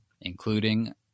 including